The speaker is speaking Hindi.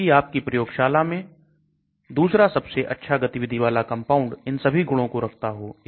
जबकि आप की प्रयोगशाला का दूसरा सबसे अच्छी गतिविधि वाला कंपाउंड इन सभी गुणों को रखता हो